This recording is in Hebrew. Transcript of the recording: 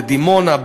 בדימונה,